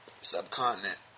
subcontinent